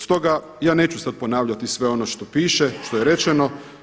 Stoga ja neću sad ponavljati sve ono što piše, što je rečeno.